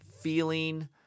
feeling